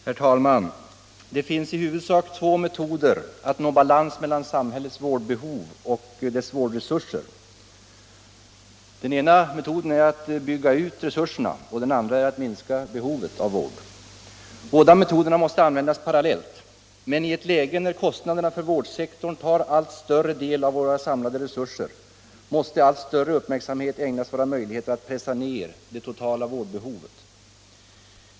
Herr talman! Det finns i huvudsak två metoder att nå balans mellan samhällets vårdbehov och vårdresurser. Den ena är att bygga ut resurserna och den andra är att minska behovet av vård. Båda metoderna måste användas parallellt, men i ett läge då kostnaderna för vårdsektorn tar en allt större del av våra samlade resurser måste allt större uppmärksamhet ägnas våra möjligheter att pressa ned det totala vårdbehovet.